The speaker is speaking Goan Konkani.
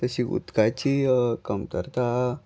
तशी उदकाची कमतरता